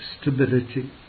stability